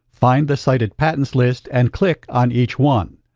find the cited patents list, and click on each one.